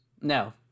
No